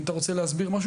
אם אתה רוצה להסביר משהו,